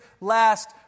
last